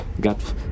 got